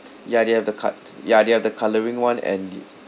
ya they have the cut ya they have the colouring one and the